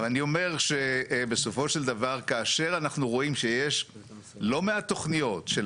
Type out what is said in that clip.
אני אומר שבסופו של דבר כאשר אנחנו רואים שיש לא מעט תוכניות של